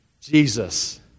Jesus